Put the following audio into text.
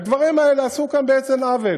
בעצם לדברים האלה עשו כאן עוול.